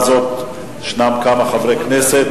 נרשמו להצעה הזאת כמה חברי כנסת,